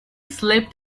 slipped